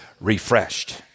refreshed